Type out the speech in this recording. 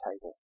table